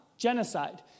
Genocide